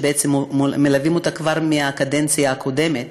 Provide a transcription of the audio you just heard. שבעצם מלווים אותה כבר מהקדנציה הקודמת,